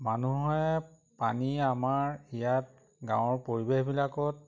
মানুহে পানী আমাৰ ইয়াত গাঁৱৰ পৰিৱেশবিলাকত